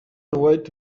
wright